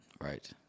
Right